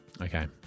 Okay